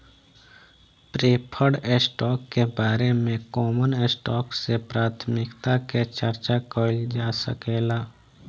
preferred stock के बारे में कॉमन स्टॉक से प्राथमिकता के चार्चा कईल जा सकेला